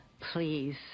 Please